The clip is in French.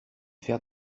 faire